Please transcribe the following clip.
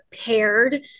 paired